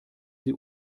sie